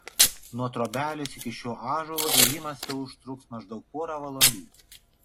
nuo trobelės iki šio ąžuolo ėjimas teužtruks maždaug porą valandų